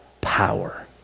power